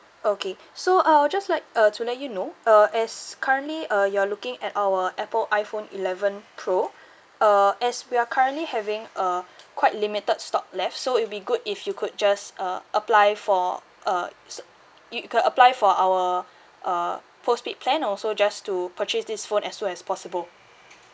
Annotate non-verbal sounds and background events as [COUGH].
okay so uh I'll just like uh to let you know uh as currently uh you're looking at our apple iphone eleven pro [BREATH] uh as we are currently having uh quite limited stock left so it'd be good if you could just uh apply for uh s~ you can apply for our uh postpaid plan also just to purchase this phone as soon as possible